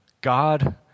God